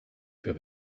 für